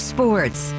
Sports